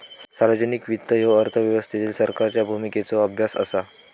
सार्वजनिक वित्त ह्यो अर्थव्यवस्थेतील सरकारच्या भूमिकेचो अभ्यास असा